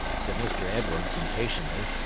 said mr. edwards, impatiently.